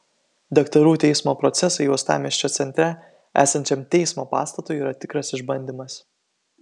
daktarų teismo procesai uostamiesčio centre esančiam teismo pastatui yra tikras išbandymas